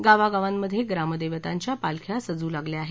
गावागावांमध्ये ग्रामदेवतांच्या पालख्या सजू लागल्या आहेत